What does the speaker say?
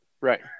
right